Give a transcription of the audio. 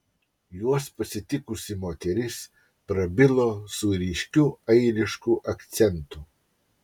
juos pasitikusi moteris prabilo su ryškiu airišku akcentu